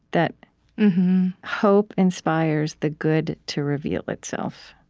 that hope inspires the good to reveal itself.